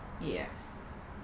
Yes